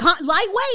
Lightweight